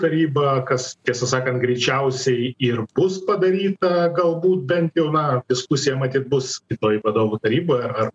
tarybą kas tiesą sakant greičiausiai ir bus padaryta galbūt bent jau na diskusija matyt bus kitoj vadovų taryboj ar ar